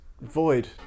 void